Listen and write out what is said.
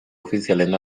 ofizialen